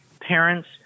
parents